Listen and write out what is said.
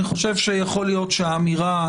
אני חושב שיכול להיות שהאמירה,